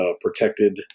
protected